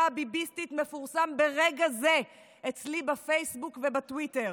הביביסטית מפורסם ברגע זה אצלי בפייסבוק ובטוויטר,